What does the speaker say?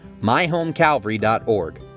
myhomecalvary.org